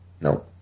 No